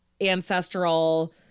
ancestral